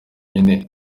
nyine